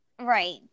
Right